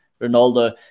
Ronaldo